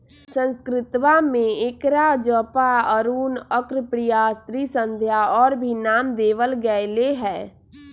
संस्कृतवा में एकरा जपा, अरुण, अर्कप्रिया, त्रिसंध्या और भी नाम देवल गैले है